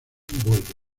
vuelve